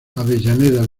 avellaneda